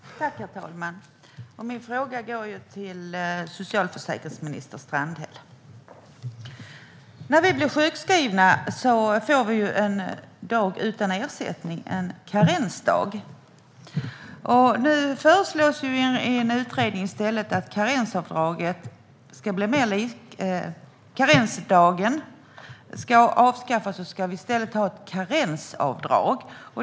Herr talman! Min fråga går till socialförsäkringsminister Annika Strandhäll. När vi blir sjukskrivna får vi en dag utan ersättning - en karensdag. Nu föreslås i en utredning att karensdagen ska avskaffas och att det i stället ska vara ett karensavdrag.